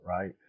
right